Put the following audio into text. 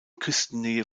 küstennähe